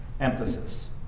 emphasis